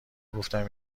گفتم